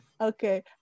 Okay